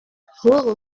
hull